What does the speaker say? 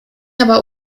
aber